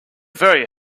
very